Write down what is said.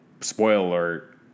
spoiler